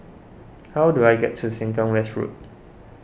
how do I get to Sengkang West Road